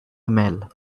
email